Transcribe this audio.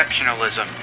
exceptionalism